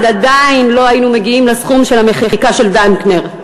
עדיין לא היינו מגיעים לסכום של המחיקה לדנקנר.